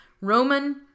Roman